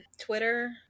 Twitter